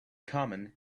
common